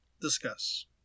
Discuss